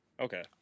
okay